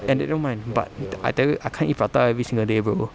and they don't mind but th~ I tell you I can't eat prata every single day bro